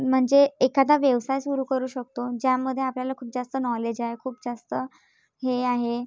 म्हणजे एखादा व्यवसाय सुरू करू शकतो ज्यामध्ये आपल्याला खूप जास्त नॉलेज आहे खूप जास्त हे आहे